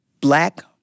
Black